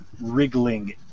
wriggling